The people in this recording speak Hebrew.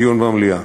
דיון במליאה.